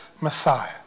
Messiah